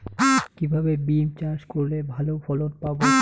কিভাবে বিম চাষ করলে ভালো ফলন পাব?